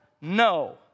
No